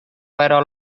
però